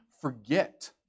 forget